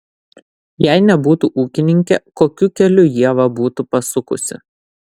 jei nebūtų ūkininkė kokiu keliu ieva būtų pasukusi